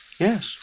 Yes